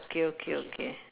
okay okay okay